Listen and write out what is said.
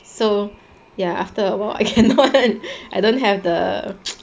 so ya after awhile I cannot and I don't have the